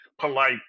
polite